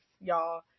y'all